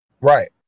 Right